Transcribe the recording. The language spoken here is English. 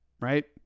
right